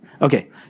Okay